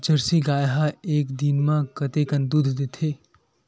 Jersey गाय ह एक दिन म कतेकन दूध देथे?